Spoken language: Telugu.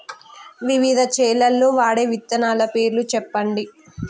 వివిధ చేలల్ల వాడే విత్తనాల పేర్లు చెప్పండి?